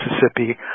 Mississippi